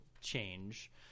change